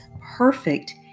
perfect